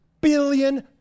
billion